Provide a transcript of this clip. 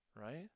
right